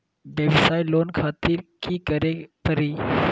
वयवसाय लोन खातिर की करे परी?